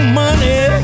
money